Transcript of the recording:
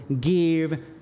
GIVE